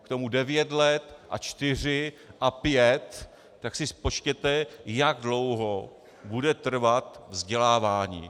K tomu 9 let a 4 a 5, tak si spočtěte, jak dlouho bude trvat vzdělávání.